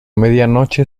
medianoche